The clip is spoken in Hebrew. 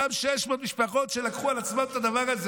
אותן 600 משפחות שלקחו על עצמן את הדבר הזה.